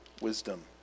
wisdom